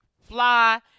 fly